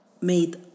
made